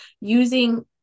using